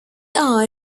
are